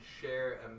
share